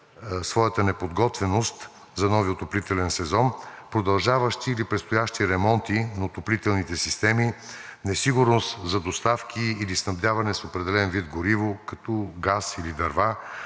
своята неподготвеност за новия отоплителен сезон продължаващи или предстоящи ремонти на отоплителните системи, несигурност за доставки или снабдяване с определен вид гориво, като газ или дърва,